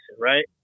right